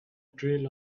trail